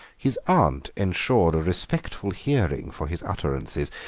his aunt ensured a respectful hearing for his utterances,